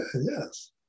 Yes